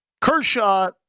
Kershaw